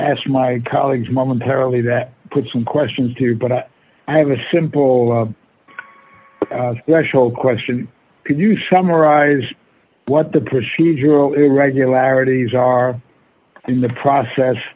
ask my colleagues momentarily that put some questions to but i have a simple actual question can you summarize what the procedural irregularities are in the process